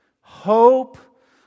hope